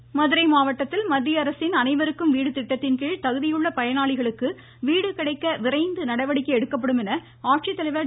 வினய் மதுரை மாவட்டத்தில் மத்தியஅரசின் அனைவருக்கும் வீடு திட்டத்தின்கீழ் தகுதியுள்ள பயனாளிகளுக்கு வீடு கிடைக்க விரைந்து நடவடிக்கை எடுக்கப்படும் என்று மாவட்ட ஆட்சித்தலைவர் திரு